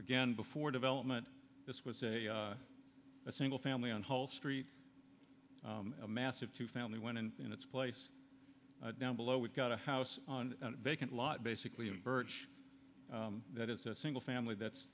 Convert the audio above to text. again before development this was a single family on whole street a massive two family went in in its place down below we've got a house on a vacant lot basically in birch that is a single family that's